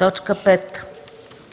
5.